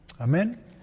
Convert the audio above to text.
Amen